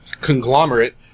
conglomerate